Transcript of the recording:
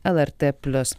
lrt plius